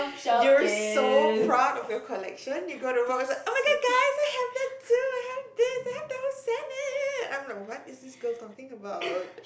you're so proud of your collection you go to work is like oh-my-god guys I have that too I have this I have the whole set I'm like what is this girl talking about